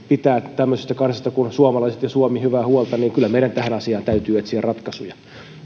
pitää tämmöisestä kansasta kuin suomalaiset ja suomi hyvää huolta niin kyllä meidän tähän asiaan täytyy etsiä ratkaisuja